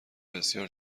بسیار